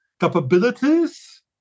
capabilities